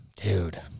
dude